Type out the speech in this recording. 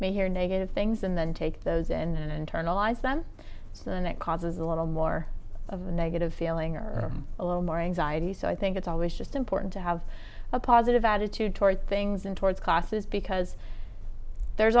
may hear negative things and then take those and internalize them so then that causes a little more of a negative feeling or a little more anxiety so i think it's always just important to have a positive attitude toward things and towards classes because there's